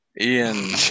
ian